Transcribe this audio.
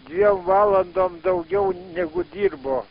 dviem valandom daugiau negu dirbo